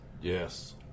yes